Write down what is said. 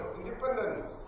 Independence